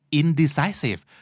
indecisive